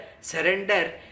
surrender